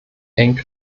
eng